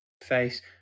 Face